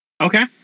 Okay